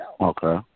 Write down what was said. Okay